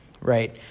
right